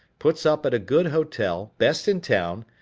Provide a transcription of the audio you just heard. puts up at a good hotel, best in town,